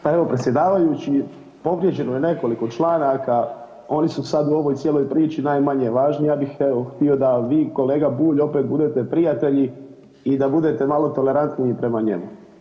Pa evo predsjedavajući, povrijeđeno je nekoliko članaka, oni su sada u ovoj cijeloj priči najmanje važni, ja bih evo htio da vi i kolega Bulj opet budete prijatelji i da budete malo tolerantniji prema njemu.